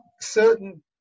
certain